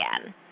again